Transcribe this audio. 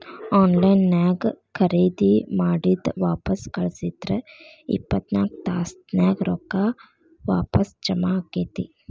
on line ನ್ಯಾಗ್ ಖರೇದಿ ಮಾಡಿದ್ ವಾಪಸ್ ಕಳ್ಸಿದ್ರ ಇಪ್ಪತ್ನಾಕ್ ತಾಸ್ನ್ಯಾಗ್ ರೊಕ್ಕಾ ವಾಪಸ್ ಜಾಮಾ ಆಕ್ಕೇತಿ